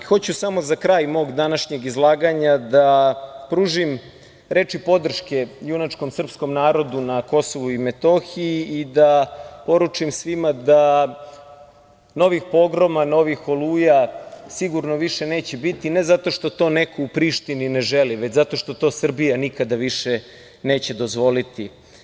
Hoću samo za kraj mog današnjeg izlaganja da pružim reči podrške junačkom srpskom narodu na Kosovu i Metohiji i da poručim svima da novih pogroma, novih „Oluja“ sigurno više neće biti, ali ne zato što to neko u Prištini ne želi, već zato što to Srbija nikada više neće dozvoliti.